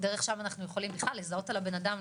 דרך שם אנחנו יכולים לזהות על בנאדם,